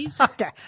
Okay